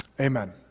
Amen